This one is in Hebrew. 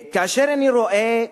כאשר אני רואה,